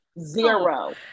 zero